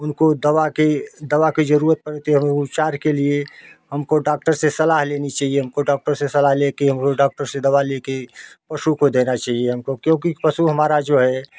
उनको दवा के दवा के ज़रूरत पड़ती है उपचार के लिए हमको डॉक्टर से सलाह लेनी चाहिए हमको डॉक्टर से सलाह लेकर हमको डॉक्टर से दवा ले के पशु को देना चाहिए हमको क्योंकि पशु हमारा जो है